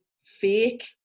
fake